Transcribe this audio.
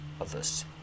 others